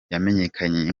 yamenyekanye